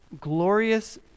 glorious